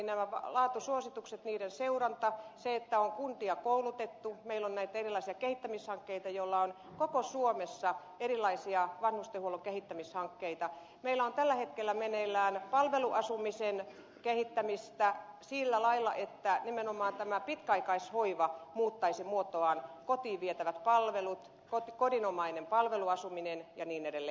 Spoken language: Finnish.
nämä laatusuositukset niiden seuranta se että on kuntia koulutettu meillä on näitä erilaisia kehittämishankkeita koko suomessa on erilaisia vanhustenhuollon kehittämishankkeita meillä on tällä hetkellä meneillään palveluasumisen kehittämistä sillä lailla että nimenomaan tämä pitkäaikaishoiva muuttaisi muotoaan kotiin vietävät palvelut kodinomainen palveluasuminen ja niin edelleen